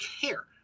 care